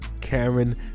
karen